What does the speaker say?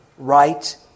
right